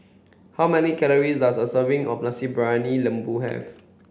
how many calories does a serving of Nasi Briyani Lembu have